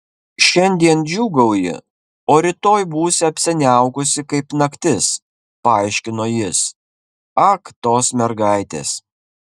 šiandien džiūgauji o rytoj būsi apsiniaukusi kaip naktis paaiškino jis ak tos mergaitės